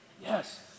Yes